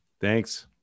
thanks